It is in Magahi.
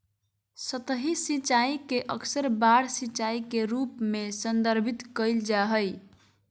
सतही सिंचाई के अक्सर बाढ़ सिंचाई के रूप में संदर्भित कइल जा हइ